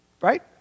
Right